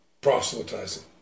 proselytizing